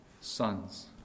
sons